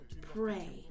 Pray